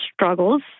struggles